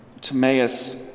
Timaeus